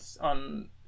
on